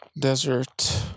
desert